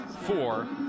four